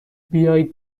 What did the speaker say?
بیاید